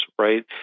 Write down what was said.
right